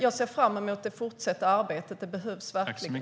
Jag ser fram emot det fortsatta arbetet. Det behövs verkligen.